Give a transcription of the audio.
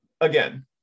Again